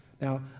Now